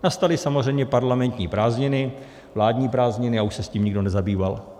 Nastaly samozřejmě parlamentní prázdniny, vládní prázdniny, a už se s tím nikdo nezabýval.